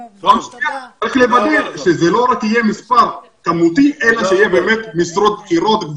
רק לוודא שזה לא רק יהיה מספר כמותי אלא שיהיה באמת משרות בכירות,